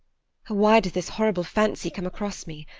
why does this horrible fancy come across me?